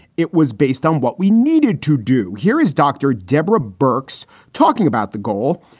it was based on what we needed to do. here is dr. deborah burks talking about the goal.